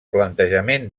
plantejament